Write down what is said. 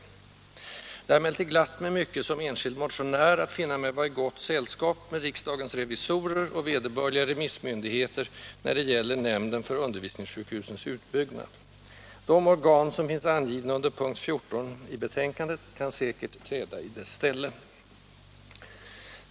Det har emellertid glatt mig mycket som enskild motionär att finna mig vara i gott sällskap med riksdagens revisorer och vederbörliga remissmyndigheter när det gäller nämnden för undervisningssjukhusens utbyggande. De organ som finns angivna under punkt 14 i betänkandet kan säkert träda i dess ställe.